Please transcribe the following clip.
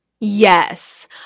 Yes